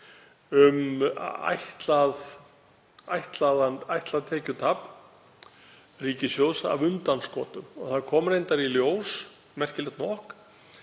um ætlað tekjutap ríkissjóðs af undanskotum. Það kom reyndar í ljós, merkilegt nokk,